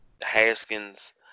Haskins